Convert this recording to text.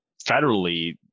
federally